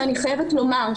שאני חייבת לומר,